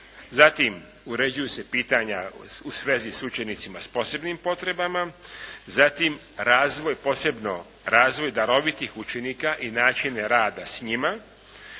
zatim uređuju se pitanja u svezi s učenicima s posebnim potrebama, zatim razvoj, posebno razvoj darovitih učenika i načine rada s njima,